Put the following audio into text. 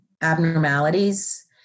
abnormalities